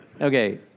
Okay